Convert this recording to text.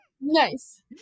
Nice